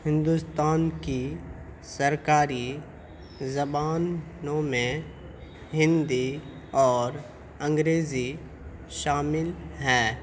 ہندوستان کی سرکاری زبانوں میں ہندی اور انگریزی شامل ہیں